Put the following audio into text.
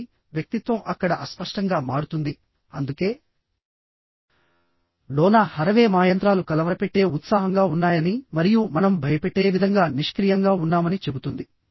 కాబట్టి వ్యక్తిత్వం అక్కడ అస్పష్టంగా మారుతుంది అందుకే డోనా హరవే మా యంత్రాలు కలవరపెట్టే ఉత్సాహంగా ఉన్నాయని మరియు మనం భయపెట్టే విధంగా నిష్క్రియంగా ఉన్నామని చెబుతుంది